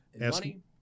asking